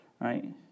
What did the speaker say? right